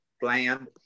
bland